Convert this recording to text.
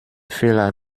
fehler